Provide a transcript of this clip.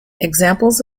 examples